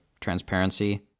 transparency